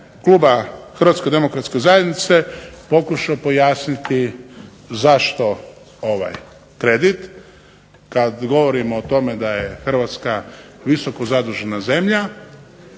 kluba Hrvatske demokratske zajednice pokušao pojasniti zašto ovaj kredit kad govorimo o tome da je Hrvatska visoko zadužena zemlja